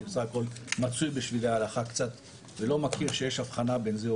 אני בסך הכול מצוי בשבילי ההלכה קצת ולא מכיר שיש הבחנה בין זה,